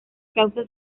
causas